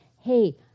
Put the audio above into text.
Hey